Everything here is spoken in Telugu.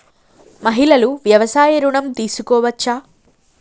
మహిళలు వ్యవసాయ ఋణం తీసుకోవచ్చా?